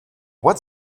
what